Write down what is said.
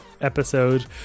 episode